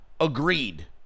agreed